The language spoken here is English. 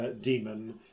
demon